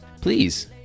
Please